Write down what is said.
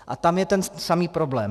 A tam je ten samý problém.